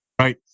Right